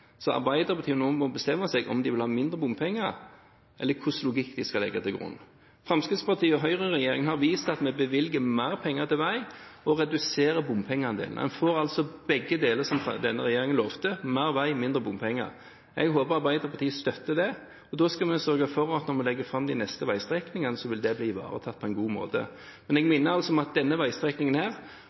må nå bestemme seg for om de vil ha mindre bompenger, eller hva slags logikk de skal legge til grunn. Høyre–Fremskrittsparti-regjeringen har vist at vi bevilger mer penger til vei og reduserer bompengeandelen. En får altså begge deler, som denne regjeringen lovte: mer vei og mindre bompenger. Jeg håper Arbeiderpartiet støtter det. Da skal vi sørge for når vi legger fram de neste veistrekningene, at det vil bli ivaretatt på en god måte. Jeg minner om at denne veistrekningen